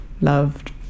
loved